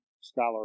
scholar